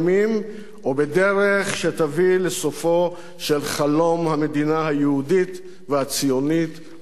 או בדרך שתביא לסופו של חלום המדינה היהודית והציונית בארץ-ישראל,